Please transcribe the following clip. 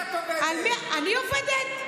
על מי את עובדת?